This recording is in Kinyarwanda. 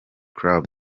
club